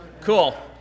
Cool